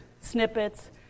snippets